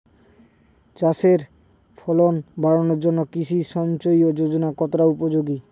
চাষের ফলন বাড়ানোর জন্য কৃষি সিঞ্চয়ী যোজনা কতটা উপযোগী?